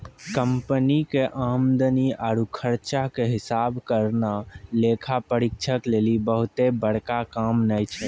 company के आमदनी आरु खर्चा के हिसाब करना लेखा परीक्षक लेली बहुते बड़का काम नै छै